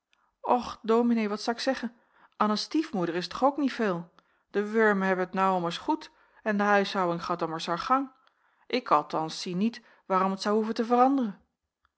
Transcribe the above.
och dominee wat za'k zeggen a'n n stiefmoeder is toch ook niet veul de wurmen hebben t nou ommers goed en de huishouwing gaat ommers haar gang ik althans zie niet waarom t zou hoeven te veranderen